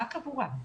רק עבורם,